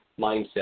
mindset